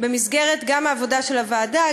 גם במסגרת העבודה של הוועדה,